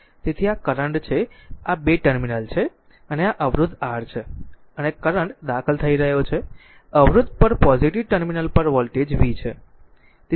તેથી આ કરંટ છે આ 2 ટર્મિનલ છે અને આ અવરોધ R છે અને કરંટ દાખલ થઈ રહ્યો છે અવરોધ પર પોઝીટીવ ટર્મિનલ પર વોલ્ટેજ v છે